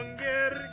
get